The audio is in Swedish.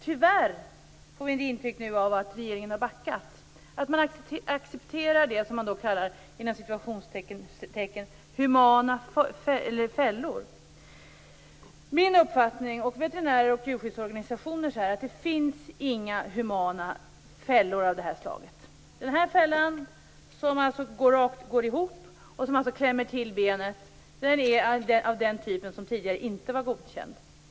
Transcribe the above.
Tyvärr får jag nu intrycket av att regeringen har backat, att man accepterar "humana" fällor. Min, veterinärers och djurskyddsorganisationers uppfattning är att det inte finns några humana sådana här fällor. Jag har här en fälla som slår ihop och klämmer till benet. Fällan är av den typen som tidigare inte var godkänd.